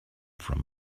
from